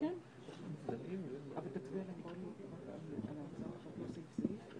רק השאלה אם התועלת של הכלי הזה היא רבה על הנזק שלו.